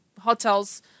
hotels